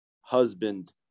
husband